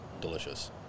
delicious